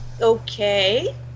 Okay